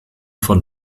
von